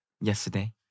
Yesterday